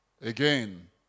Again